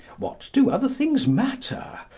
what do other things matter?